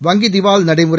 வங்கி திவால் நடைமுறை